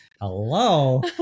hello